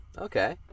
Okay